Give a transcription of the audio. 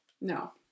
No